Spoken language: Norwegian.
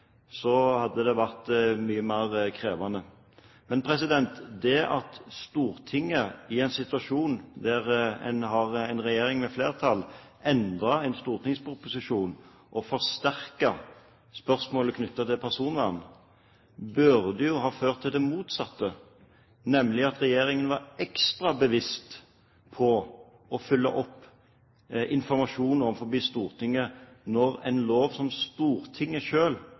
vært mye mer krevende. Men det at Stortinget – i en situasjon der man har en regjering med flertall – endrer en stortingsproposisjon og forsterker spørsmålet knyttet til personvern, burde jo ha ført til det motsatte, nemlig at regjeringen var ekstra bevisst på å følge opp informasjonen til Stortinget. Når en lov som Stortinget